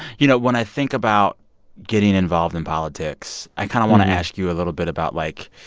you know, when i think about getting involved in politics, i kind of want to ask you a little bit about, like,